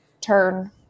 turn